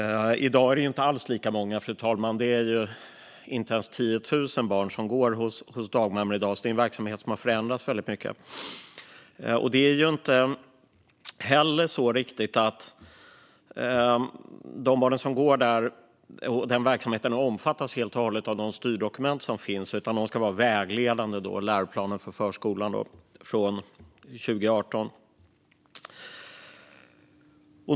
I dag är det inte alls lika många, fru talman. Det är inte ens 10 000 barn som går hos dagmammor i dag, så det är en verksamhet som har förändrats väldigt mycket. Det är inte heller riktigt så att de barn som går där och den verksamheten omfattas helt och hållet av de styrdokument som finns, utan de ska vara vägledande, liksom läroplanen för förskolan från 2018.